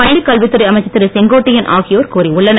பள்ளிக் கல்வித் துறை அமைச்சர் திரு செங்கோட்டையன் ஆகியோர் கூறி உள்ளனர்